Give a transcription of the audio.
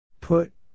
Put